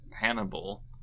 Hannibal